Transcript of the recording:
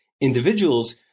individuals